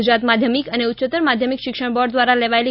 ગુજરાત માધ્યમિક અને ઉચ્યતર માધ્યમિક શિક્ષણ બોર્ડ દ્વારા લેવાયેલી